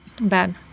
Bad